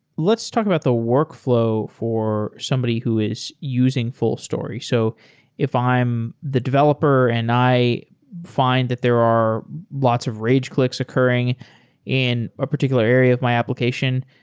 let's talk about the workflow for somebody who is using fullstory. so if i am the developer and i find that there are lots of rage clicks occurring in a particular area of my application,